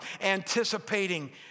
anticipating